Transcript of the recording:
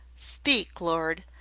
speak, lord,